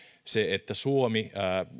se että suomi